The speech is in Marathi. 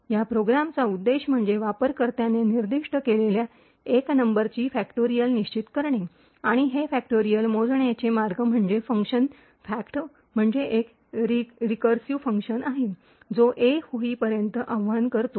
या प्रोग्रामचा उद्देश म्हणजे वापरकर्त्याने निर्दिष्ट केलेल्या एन नंबरची फॅक्टोरियल निश्चित करणे आणि हे फॅक्टोरियल मोजण्याचे मार्ग म्हणजे फंक्शन फॅक्ट म्हणजे एक रिकर्सिव फंक्शन आहे जो ए होईपर्यंत आवाहन करतो